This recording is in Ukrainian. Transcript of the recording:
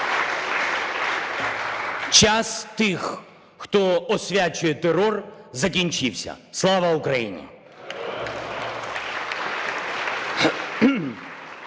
Час тих, хто освячує терор, закінчився. Слава Україні!